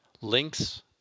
links